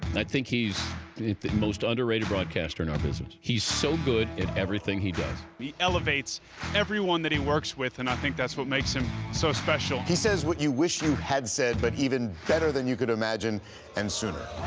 and i think he's the most underrated broadcaster in our business. he's so good at everything he does. he elevates everyone that he works with, and i think that's what makes him so special. he says what you wish you had said but even better than you could imagine and sooner.